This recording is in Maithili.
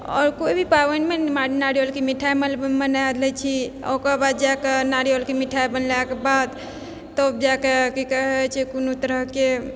आउर कोइ भी पावनिमे नारियलके मिठाइ बनाए लै छी ओकरबाद जाकऽ नारियलके मिठाइ बनलाके बाद तब जाकऽ कि कहै छै कोनो तरहके